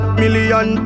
million